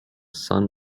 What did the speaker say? sun